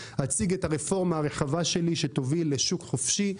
אציג את הרפורמה הרחבה שלי שתוביל לשוק חופשי,